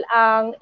ang